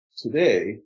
today